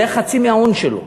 זה היה חצי מההון שלו.